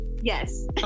yes